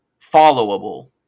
followable